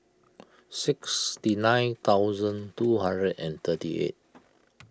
sixty nine thousand two hundred and thirty eight